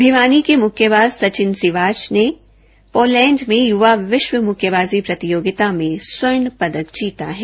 भिवानी के मुक्केबाज सचिव सिवाच ने पोलैंड में युवा विश्व मुक्केबाजी प्रतियोगिता में स्वर्ण पदक जीता है